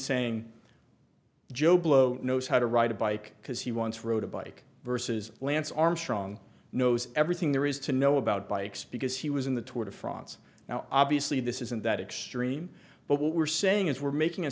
saying joe blow knows how to ride a bike because he once wrote a bike versus lance armstrong knows everything there is to know about bikes because he was in the tour de france now obviously this isn't that extreme but what we're saying is we're making a